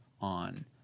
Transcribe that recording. on